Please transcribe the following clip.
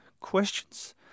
questions